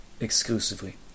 exclusively